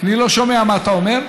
אני לא שומע מה אתה אומר.